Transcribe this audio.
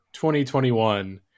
2021